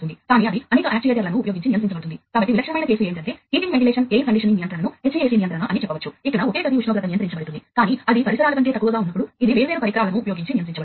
కాబట్టి ఇక్కడ డేటా పాడైతే అది డబ్బు విషయంలో మానవ భద్రత మరియు అలాంటి వాటి విషయంలో చాలా వినాశకరమైన పరిణామాలకు దారితీస్తుంది